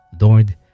Lord